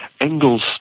Engels